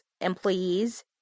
employees